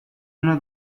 una